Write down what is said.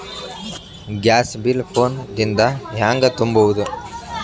Gas bill phone ದಿಂದ ಹ್ಯಾಂಗ ತುಂಬುವುದು?